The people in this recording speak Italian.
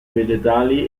vegetali